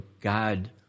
God